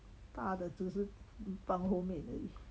大的只是放后面而已